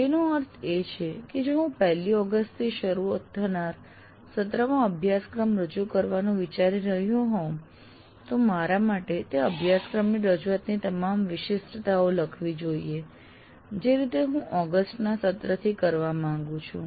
તેનો અર્થ એ છે કે જો હું 1 લી ઓગસ્ટથી શરૂ થનાર સત્રમાં અભ્યાસક્રમ રજૂ કરવાનું વિચારી રહ્યો હોઉં તો મારે મારા માટે તે અભ્યાસક્રમની રજુઆતની તમામ વિશિષ્ટતાઓ લખવી જોઈએ જે રીતે હું ઓગસ્ટના સત્રથી કરવા માંગુ છું